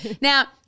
Now